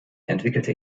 entwickelte